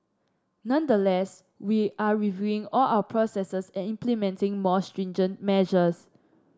nonetheless we are reviewing all our processes and implementing more stringent measures